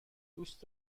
دوست